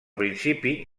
principi